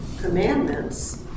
Commandments